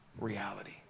reality